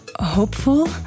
Hopeful